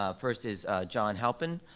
ah first is john halpin.